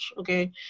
okay